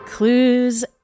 Clues